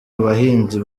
abahinzi